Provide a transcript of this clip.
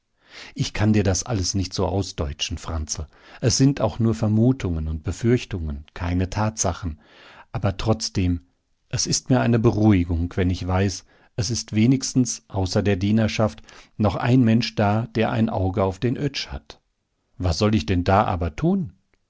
ich kann dir das alles nicht so ausdeutschen franzl es sind auch nur vermutungen und befürchtungen keine tatsachen aber trotzdem es ist mir eine beruhigung wenn ich weiß es ist wenigstens außer der dienerschaft noch ein mensch da der ein auge auf den oetsch hat was soll ich denn da aber tun